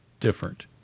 different